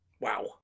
Wow